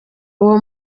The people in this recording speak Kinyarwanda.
uwo